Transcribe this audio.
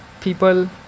people